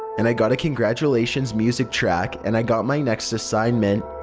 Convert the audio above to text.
and i got a congratulations music track and i got my next assignment.